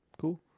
cool